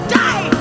die